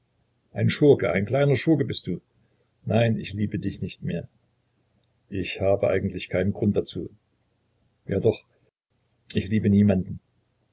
ein schurke ein kleiner schurke bist du nein ich liebe dich nicht mehr ich habe eigentlich keinen grund dazu ja doch ich liebe niemanden